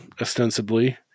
ostensibly